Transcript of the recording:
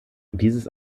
dieses